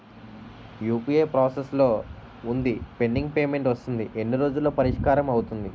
UPI process లో వుందిపెండింగ్ payment వస్తుంది ఎన్ని రోజుల్లో పరిష్కారం అవుతుంది